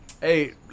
Hey